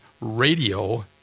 radio